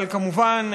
כמובן,